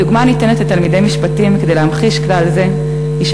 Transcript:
הדוגמה הניתנת לתלמידי משפטים כדי להמחיש כלל זה היא,